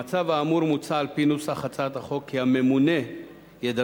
במצב האמור מוצע על-פי נוסח הצעת החוק כי הממונה ידווח